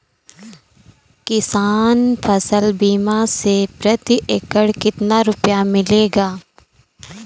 किसान फसल बीमा से प्रति एकड़ कितना रुपया मिलेगा?